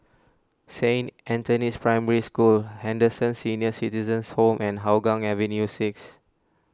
Saint Anthony's Primary School Henderson Senior Citizens' Home and Hougang Avenue six